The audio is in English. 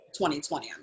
2020